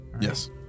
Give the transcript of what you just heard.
yes